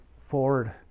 forward